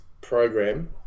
program